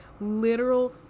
Literal